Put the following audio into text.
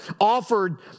offered